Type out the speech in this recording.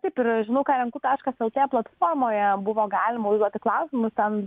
taip ir žinau ką renku taškas lt platformoje buvo galima užduoti klausimų ten